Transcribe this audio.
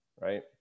right